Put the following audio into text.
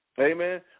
Amen